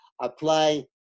apply